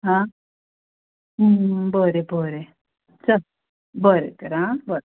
हां बरें बरें चल बरें तर आं बरें